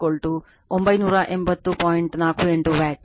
48 watt